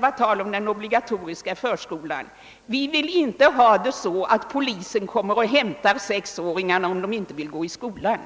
på tal om den obligatoriska förskolan: »Vi vill inte ha det så, att polisen hämtar sexåringarna om de inte vill gå i skolan.»